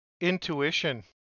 Intuition